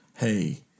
hey